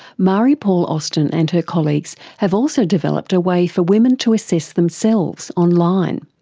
marie paule austin and her colleagues have also developed a way for women to assess themselves online.